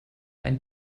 ein